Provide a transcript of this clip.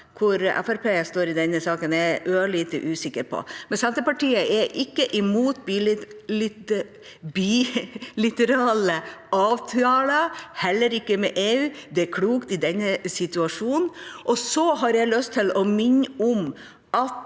står i denne saken, er jeg ørlite usikker på. Senterpartiet er ikke imot bilaterale avtaler, heller ikke med EU. Det er klokt i denne situasjonen. Jeg har lyst til å minne om at